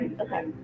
Okay